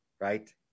Right